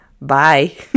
bye